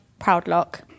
Proudlock